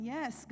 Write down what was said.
Yes